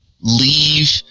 leave